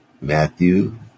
Matthew